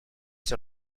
sur